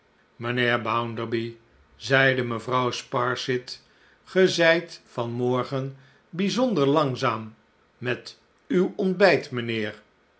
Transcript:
mijnheer bounderby zeide mevrouw sparsit ge zijt van morgen bijzonder langzaam met uw ontbijt mijnheer